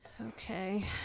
Okay